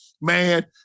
man